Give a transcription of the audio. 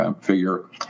figure